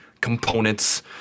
components